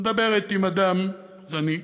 את מדברת עם אדם, אני,